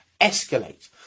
escalate